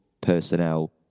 personnel